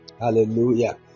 Hallelujah